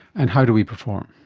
and how do we perform?